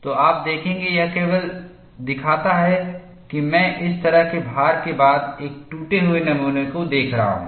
तो आप देखेंगे यह केवल दिखाता है कि मैं इस तरह के भार के बाद एक टूटे हुए नमूने को देख रहा हूं